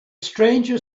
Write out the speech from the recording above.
stranger